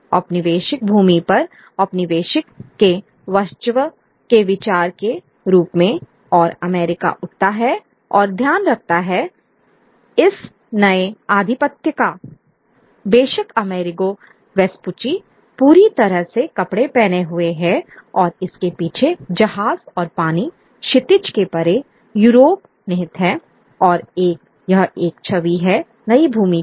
औपनिवेशिक भूमि पर औपनिवेशक के वर्चस्व के विचार के रूप में और अमेरिका उठता है और ध्यान रखता है इस नए आधिपत्य का बेशक अमेरिगो वेस्पुची पूरी तरह से कपड़े पहने हुए है और इसके पीछे जहाज और पानी क्षितिज के परे यूरोप निहित है और यह एक छवि है नई भूमि की